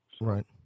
Right